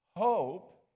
Hope